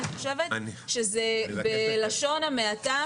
אני חושבת שזה בלשון המעטה,